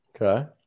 Okay